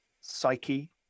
psyche